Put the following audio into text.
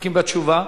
מסתפקים בתשובה?